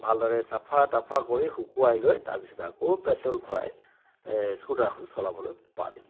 ভালদৰে চাফা টাফা কৰি শুকুৱাই লৈ তাৰপিছত আকৌ পেট্ৰল ভৰাই স্কুটাৰখন চলাবলৈ পাৰিলোঁ